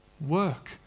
work